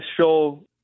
show